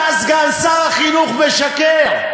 אתה, סגן שר החינוך, משקר,